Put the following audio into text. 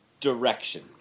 direction